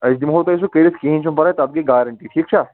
أسۍ دِمہو تۄہہِ سُہ کٔرِتھ کِہیٖنٛۍ چھُنہٕ پرواے تَتھ گٔے گارَنٹی ٹھیٖک چھا